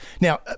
Now